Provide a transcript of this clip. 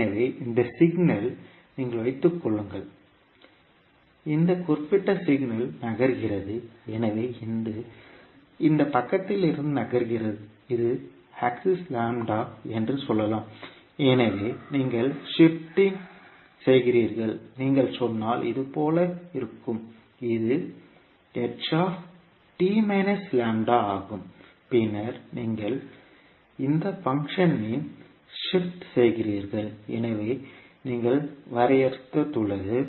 எனவே இந்த சிக்னல் நீங்கள் வைத்துக் கொள்ளுங்கள் இந்த குறிப்பிட்ட சிக்னல் நகர்கிறது எனவே இது இந்த பக்கத்திலிருந்து நகர்கிறது இது ஆக்சிஸ் லாம்ப்டா என்று சொல்லலாம் எனவே நீங்கள் ஷிப்ட்டிங் செய்கிறீர்கள் நீங்கள் சொன்னால் இது போல இருக்கும் இது ஆகும் பின்னர் நீங்கள் இந்த ஃபங்க்ஷன் இன் ஷிப்ட் செய்கிறீர்கள் எனவே நீங்கள் வரையறுத்துள்ளது